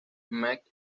matt